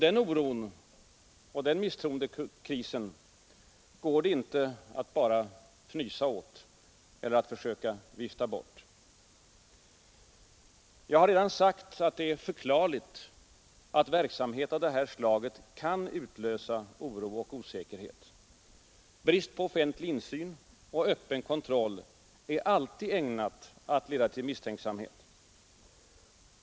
Den oron och den förtroendekrisen går det inte att bara fnysa åt eller försöka vifta bort. Jag har redan sagt att det är förklarligt att verksamhet av det här slaget kan utlösa oro och osäkerhet. Brist på offentlig insyn och öppen kontroll är alltid ägnad att leda till misstänksamhet.